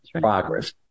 progress